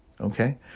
Okay